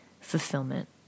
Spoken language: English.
fulfillment